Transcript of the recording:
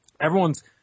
Everyone's